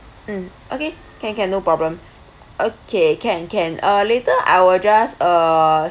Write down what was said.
mm okay can can no problem okay can can uh later I'll just uh